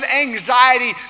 anxiety